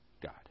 God